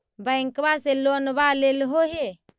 बैंकवा से लोनवा लेलहो हे?